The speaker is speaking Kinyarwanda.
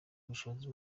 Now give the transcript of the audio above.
ubushobozi